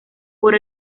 por